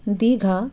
Digha